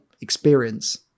experience